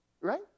Right